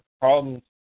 problems